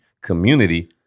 community